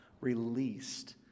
released